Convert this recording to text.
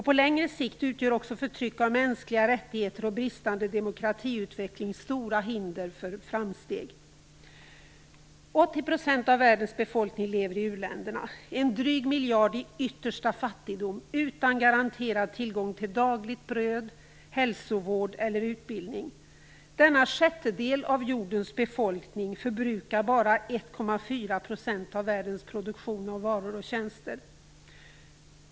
På längre sikt utgör också förtryck av mänskliga rättigheter och bristande demokratiutveckling stora hinder för framsteg. 80 % av världens befolkning lever i u-länderna. En dryg miljard lever i yttersta fattigdom utan garanterad tillgång till dagligt bröd, hälsovård eller utbildning. Denna sjättedel av jordens befolkning förbrukar bara 1,4 % av världens produktion av varor och tjänster.